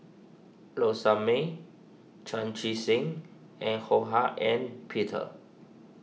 Low Sanmay Chan Chee Seng and Ho Hak Ean Peter